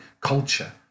culture